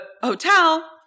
hotel